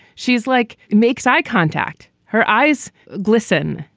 she's like makes eye contact. her eyes glisten.